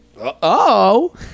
Uh-oh